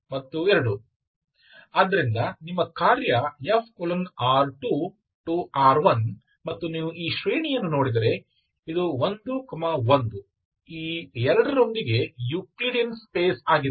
ಆದ್ದರಿಂದ ನಿಮ್ಮ ಕಾರ್ಯ F R2R1 ಮತ್ತು ನೀವು ಈ ಶ್ರೇಣಿಯನ್ನು ನೋಡಿದರೆ ಇದು 1 1 ಈ 2 ರೊಂದಿಗೆ ಯೂಕ್ಲಿಡಿಯನ್ ಸ್ಪೇಸ್ ಆಗಿದೆ